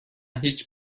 هیچ